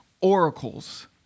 oracles